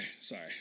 sorry